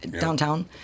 downtown